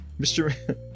Mr